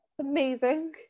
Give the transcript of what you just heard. amazing